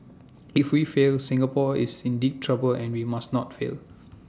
if we fail Singapore is in deep trouble and we must not fail